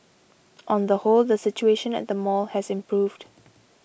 on the whole the situation at the mall has improved